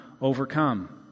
overcome